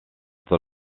the